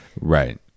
right